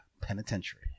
penitentiary